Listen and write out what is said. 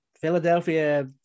Philadelphia